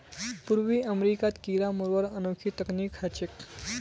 पूर्वी अमेरिकात कीरा मरवार अनोखी तकनीक ह छेक